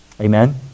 amen